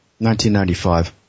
1995